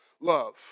love